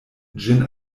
ĝin